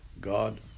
God